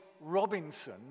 Robinson